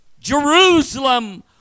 Jerusalem